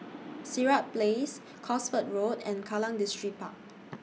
Sirat Place Cosford Road and Kallang Distripark